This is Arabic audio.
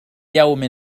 يوم